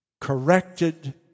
corrected